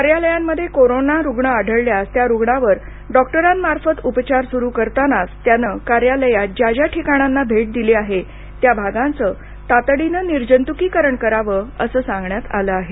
कार्यालयांमध्ये कोरोना रुग्ण आढळल्यास त्या रुग्णावर डॉक्टरांमार्फत उपचार सुरू करतानाच त्यानं कार्यालयात ज्या ठिकाणांना भेट दिली आहे त्या भागांचं तातडीनं निर्जंतुकीकरण करावं असं सांगण्यात आलं आहे